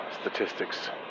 statistics